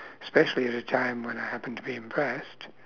especially at a time when I happened to be impressed